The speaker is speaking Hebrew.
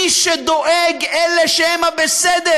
מי שדואגים אלה מי שהם בסדר,